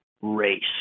race